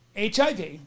HIV